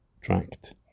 tract